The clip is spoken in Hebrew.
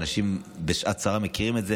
אנשים בשעת צרה מכירים את זה.